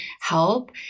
help